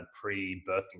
pre-birthing